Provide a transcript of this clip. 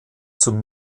zum